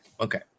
Okay